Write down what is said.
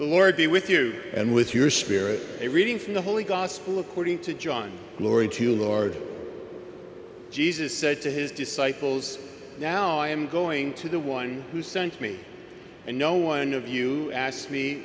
the lord be with you and with your spirit a reading from the holy gospel according to john glory to lord jesus said to his disciples now i am going to the one who sent me and no one of you asked me